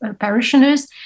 parishioners